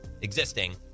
existing